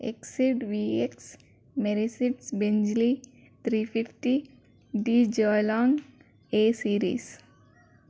exceed VX Mercedes Bentley three fifty D జలాంగ్ A series